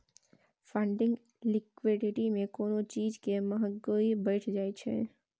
funding liquidity मे कोनो चीज केर महंगी बढ़ि जाइ छै